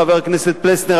חבר הכנסת פלסנר,